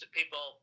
people